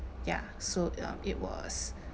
ya so um it was